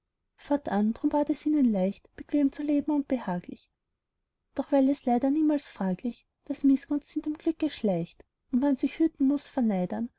drum ward es ihnen leicht bequem zu leben und behaglich doch weil es leider niemals fraglich daß mißgunst hinterm glücke schleicht und man sich hüten muß